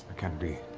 can't be